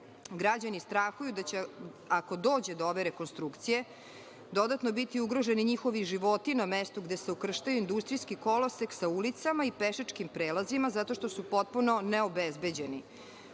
Građani strahuju da će, ako dođe do ove rekonstrukcije, dodatno biti ugroženi njihovi životi na mestu gde se ukrštaju industrijski kolosek sa ulicama i pešačkim prelazima zato što su potpuno neobezbeđeni.